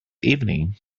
evening